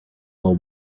will